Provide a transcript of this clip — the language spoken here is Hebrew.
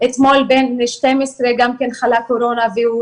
אתמול בן 12 גם כן חלה בקורונה והוא